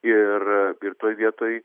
ir ir toj vietoj